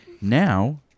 Now